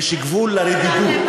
יש גבול לרדידות.